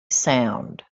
sound